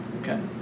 okay